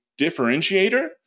differentiator